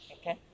Okay